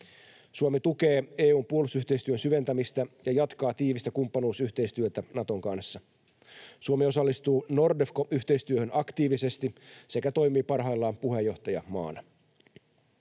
Suomi tukee EU:n puolustusyhteistyön syventämistä ja jatkaa tiivistä kumppanuusyhteistyötä Naton kanssa. Suomi osallistuu Nordefco-yhteistyöhön aktiivisesti sekä toimii parhaillaan puheenjohtajamaana.